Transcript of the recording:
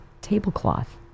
tablecloth